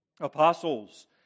Apostles